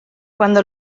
cuando